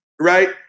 right